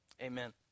Amen